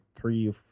three